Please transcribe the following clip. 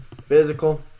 Physical